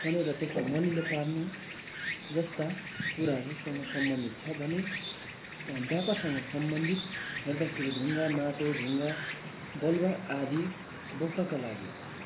खनेर त्यसलाई मलिलो पार्नु जस्ता कुराहरूसँग सम्बन्धित छ भने व्यापारसँग सम्बन्धित हेर्दाखेरि ढुङ्गा माटो ढुङ्गा बालुवा आदि बोक्नका लागि